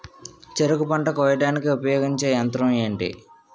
చెరుకు పంట కోయడానికి ఉపయోగించే యంత్రం ఎంటి?